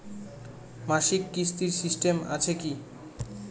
মাসিক কিস্তির সিস্টেম আছে কি?